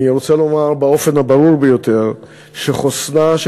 אני רוצה לומר באופן הברור ביותר שחוסנה של